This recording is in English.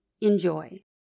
Enjoy